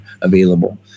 available